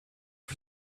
for